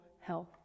health